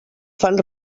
fan